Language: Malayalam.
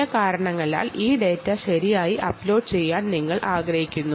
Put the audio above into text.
ചില ഡാറ്റ ശരിയായി അപ്ലോഡ് ചെയ്യാൻ നിങ്ങൾ ആഗ്രഹിക്കുന്നു